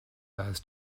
hers